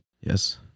Yes